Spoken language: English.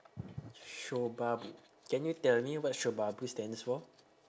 shobabu can you tell me what shobabu stands for